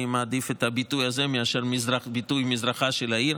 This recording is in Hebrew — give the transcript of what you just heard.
אני מעדיף את הביטוי הזה מאשר הביטוי מזרחה של העיר.